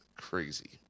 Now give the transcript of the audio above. crazy